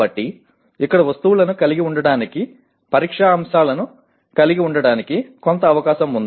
కాబట్టి ఇక్కడ వస్తువులను కలిగి ఉండటానికి పరీక్షా అంశాలను కలిగి ఉండటానికి కొంత అవకాశం ఉంది